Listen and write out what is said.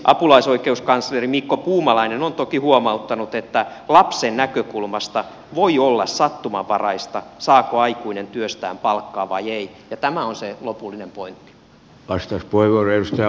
apulaisoikeuskansleri mikko puumalainen on toki huomauttanut että lapsen näkökulmasta voi olla sattumanvaraista saako aikuinen työstään palkkaa vai ei ja tämä on se on lopullinen pointti